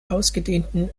ausgedehnten